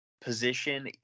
position